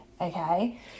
okay